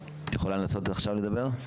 כן,